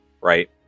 right